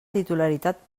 titularitat